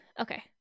Okay